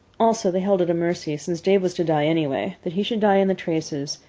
also, they held it a mercy, since dave was to die anyway, that he should die in the traces,